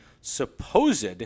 supposed